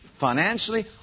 Financially